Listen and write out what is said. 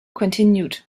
continued